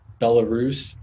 Belarus